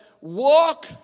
walk